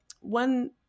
one